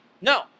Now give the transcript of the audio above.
no